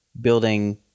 building